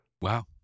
Wow